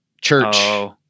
church